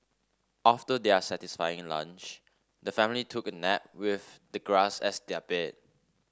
after their satisfying lunch the family took a nap with the grass as their bed